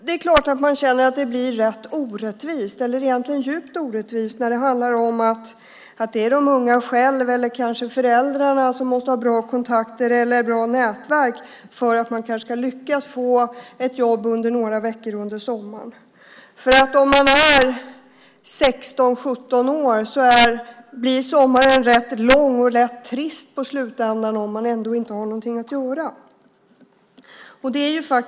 Det är klart att man känner att det blir djupt orättvist när man inser att de unga själva eller kanske föräldrarna måste ha bra kontakter eller nätverk för att man ska lyckas få ett jobb under några veckor under sommaren. När man är 16-17 år blir sommaren rätt lång och lätt trist i slutet om man inte har något att göra.